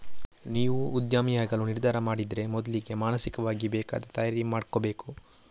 ನೀವು ಉದ್ಯಮಿಯಾಗಲು ನಿರ್ಧಾರ ಮಾಡಿದ್ರೆ ಮೊದ್ಲಿಗೆ ಮಾನಸಿಕವಾಗಿ ಬೇಕಾದ ತಯಾರಿ ಮಾಡ್ಕೋಬೇಕು